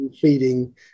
Feeding